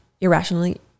irrationally